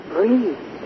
Breathe